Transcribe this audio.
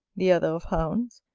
the other of hounds,